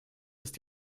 ist